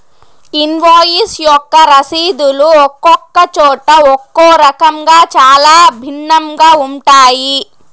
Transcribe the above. invoice యొక్క రసీదులు ఒక్కొక్క చోట ఒక్కో రకంగా చాలా భిన్నంగా ఉంటాయి